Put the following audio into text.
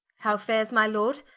how fare's my lord?